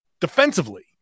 defensively